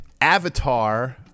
Avatar